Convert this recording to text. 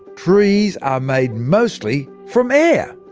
trees are made mostly from air.